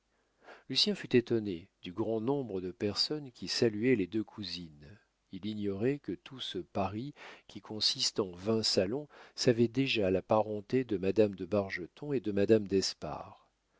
adossés lucien fut étonné du grand nombre de personnes qui saluaient les deux cousines il ignorait que tout ce paris qui consiste en vingt salons savait déjà la parenté de madame de bargeton et de madame d'espard des